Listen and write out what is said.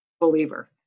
believer